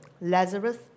Lazarus